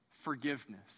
forgiveness